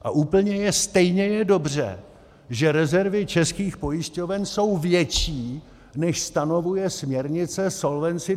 A úplně stejně je dobře, že rezervy českých pojišťoven jsou větší, než stanovuje směrnice Solvency II.